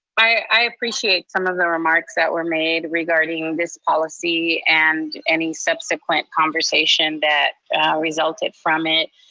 i appreciate some of the remarks that were made regarding this policy and any subsequent conversation that resulted from it.